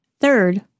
Third